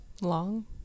long